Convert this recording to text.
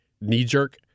knee-jerk